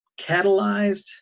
catalyzed